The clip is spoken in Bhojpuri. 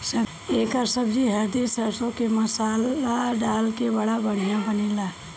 एकर सब्जी हरदी सरसों के मसाला डाल के बड़ा बढ़िया बनेला